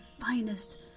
finest